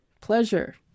pleasure